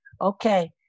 okay